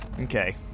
okay